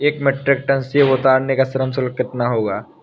एक metric ton सेव उतारने का श्रम शुल्क कितना होगा?